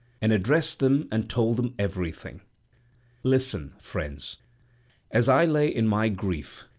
and addressed them and told them everything listen, friends as i lay in my grief,